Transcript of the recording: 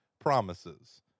promises